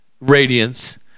radiance